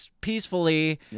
peacefully